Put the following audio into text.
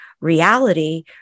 reality